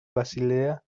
basilea